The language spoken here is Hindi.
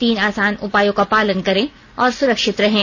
तीन आसान उपायों का पालन करें और सुरक्षित रहें